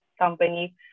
company